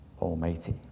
Almighty